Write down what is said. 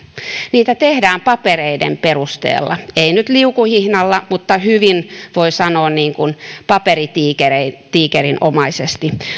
niitä tehdään papereiden perusteella ei nyt liukuhihnalla mutta hyvin voi sanoa paperitiikerinomaisesti